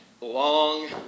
long